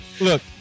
Look